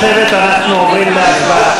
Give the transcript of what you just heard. לפני שנצביע על הצעות האי-אמון,